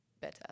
better